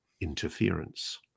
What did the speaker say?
interference